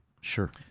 Sure